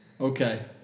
Okay